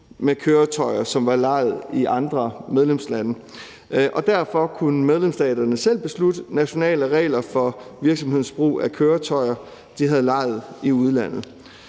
med køretøjer, som var lejet i andre medlemslande, og derfor kunne medlemsstaterne selv beslutte nationale regler for virksomhedens brug af køretøjer, de havde lejet i udlandet.